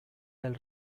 del